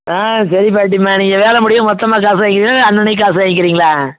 ஆ சரி பாட்டியம்மா நீங்கள் வேலை முடிய மொத்தமாக காசு வாங்கிக்கிறீங்களா இல்லை அன்ன அன்றைக்கி காசு வாங்கிக்கிறீங்களா